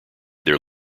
their